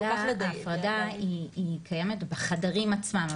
ההפרדה היא קיימת בחדרים עצמם.